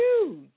huge